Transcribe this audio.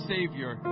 Savior